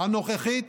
הנוכחית